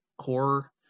core